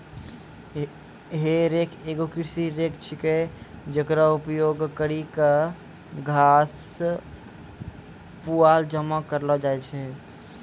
हे रेक एगो कृषि रेक छिकै, जेकरो उपयोग करि क घास, पुआल जमा करलो जाय छै